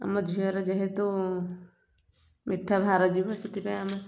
ଆମ ଝିଅର ଯେହେତୁ ମିଠା ଭାର ଯିବ ସେଥିପାଇଁ ଆମେ